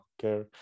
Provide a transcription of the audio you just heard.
care